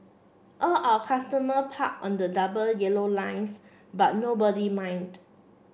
all our customer parked on the double yellow lines but nobody mind